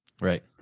Right